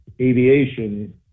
aviation